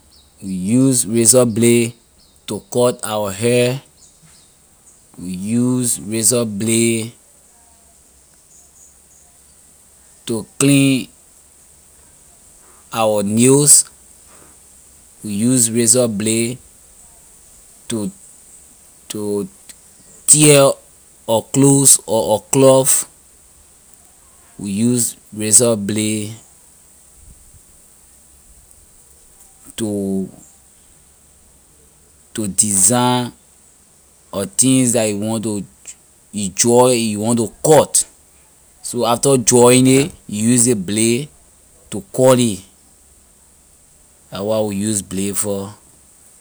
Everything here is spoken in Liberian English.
We use razor blade to cut our hair we use razor blade to clean our nails we use razor blade to to tear a clothes or a cloth we use razor blade to to design a things that you want to you draw you want to cut so after drawing it you use ley blade to cut ley. la wah we use blade for